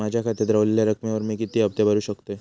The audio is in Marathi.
माझ्या खात्यात रव्हलेल्या रकमेवर मी किती हफ्ते भरू शकतय?